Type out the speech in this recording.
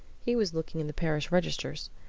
he was looking in the parish registers.